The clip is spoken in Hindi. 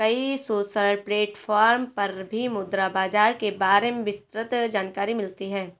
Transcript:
कई सोशल प्लेटफ़ॉर्म पर भी मुद्रा बाजार के बारे में विस्तृत जानकरी मिलती है